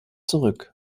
zurück